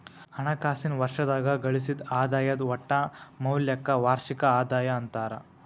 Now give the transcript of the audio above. ಹಣಕಾಸಿನ್ ವರ್ಷದಾಗ ಗಳಿಸಿದ್ ಆದಾಯದ್ ಒಟ್ಟ ಮೌಲ್ಯಕ್ಕ ವಾರ್ಷಿಕ ಆದಾಯ ಅಂತಾರ